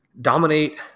dominate